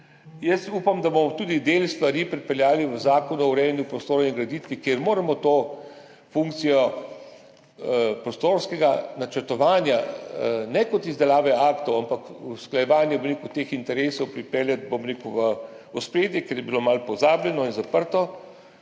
Jaz upam, da bomo tudi del stvari pripeljali v zakonu o urejanju prostora in graditvi, kjer moramo to funkcijo prostorskega načrtovanja, ne kot izdelave aktov, ampak usklajevanje teh interesov, pripeljati v ospredje, ker je bilo malo pozabljeno in zaprto,